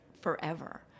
forever